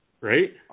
Right